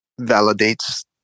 validates